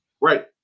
right